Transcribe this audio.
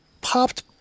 popped